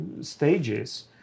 stages